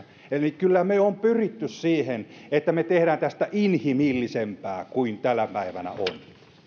eli kyllä me olemme pyrkineet siihen että me teemme tästä inhimillisempää kuin se tänä päivänä